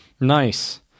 Nice